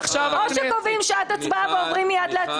קובעים שעת הצבעה ועוברים מייד להצבעה,